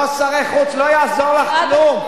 לא שרי חוץ לא יעזור לך כלום.